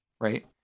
Right